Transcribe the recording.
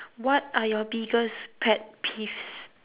what are your biggest pet peeves